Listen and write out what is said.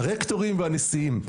הרקטורים והנשיאים.